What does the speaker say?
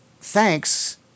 thanks